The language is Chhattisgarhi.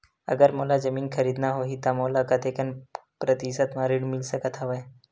अगर मोला जमीन खरीदना होही त मोला कतेक प्रतिशत म ऋण मिल सकत हवय?